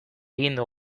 egingo